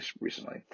recently